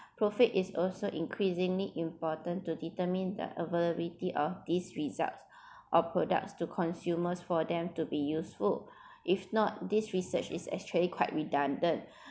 context profit is also increasingly important to determine the availability of these results of products to consumers for them to be useful if not this research is actually quite redundant